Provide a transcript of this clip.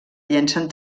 llencen